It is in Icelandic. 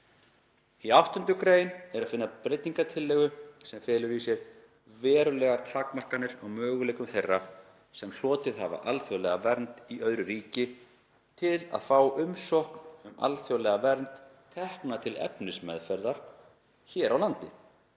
Í 8. gr. er að finna breytingartillögu sem felur í sér verulegar takmarkanir á möguleikum þeirra sem hlotið hafa alþjóðlega vernd í öðru ríki til að fá umsókn um alþjóðlega vernd tekna til efnismeðferðar hér á landi.